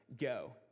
Go